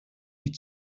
die